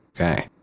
Okay